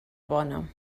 bona